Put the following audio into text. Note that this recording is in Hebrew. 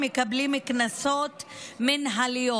מקבלים קנסות מינהליים.